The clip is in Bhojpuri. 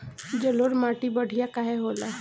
जलोड़ माटी बढ़िया काहे होला?